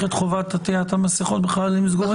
את חובת עטיית המסכות בחללים סגורים?